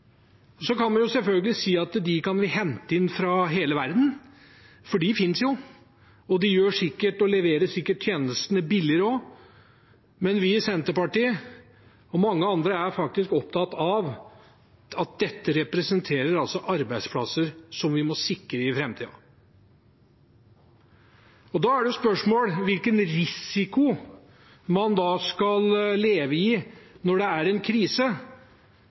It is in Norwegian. Så kan vi selvfølgelig si at de kan vi hente inn fra hele verden, for de finnes jo. De leverer sikkert tjenestene billigere også. Men vi i Senterpartiet, og mange andre, er opptatt av at dette representerer arbeidsplasser vi må sikre for framtiden. Da er spørsmålet hvilken risiko man skal leve med når det er en krise.